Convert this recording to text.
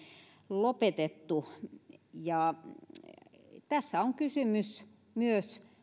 lopetettu tässä on kysymys myös